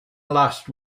last